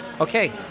okay